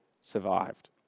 survived